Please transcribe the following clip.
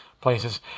places